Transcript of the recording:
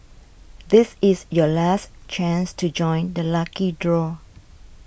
this is your last chance to join the lucky draw